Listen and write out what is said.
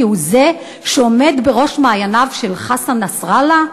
הוא שעומד בראש מעייניו של חסן נסראללה,